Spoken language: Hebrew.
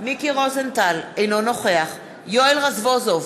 רוזנטל, אינו נוכח יואל רזבוזוב,